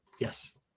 Yes